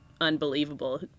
unbelievable